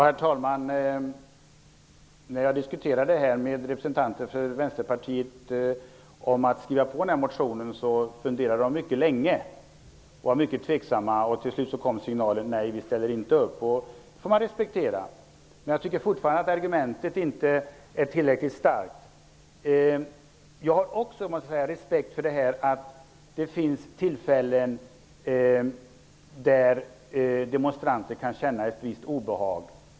Herr talman! När jag diskuterade med representanter för Vänsterpartiet om att skriva på motionen, funderade de länge. De var mycket tveksamma, och till slut kom beskedet: Nej, vi ställer inte upp! Det får man respektera, men jag tycker fortfarande att argumentet som de anför inte är tillräckligt starkt. Jag har också respekt för att det finns tillfällen då demonstranter kan känna ett visst obehag.